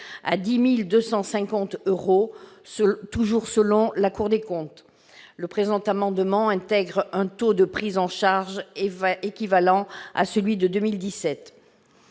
à 10 250 euros, toujours selon la Cour des comptes. Le présent amendement vise à intégrer un taux de prise en charge équivalent à celui de 2017.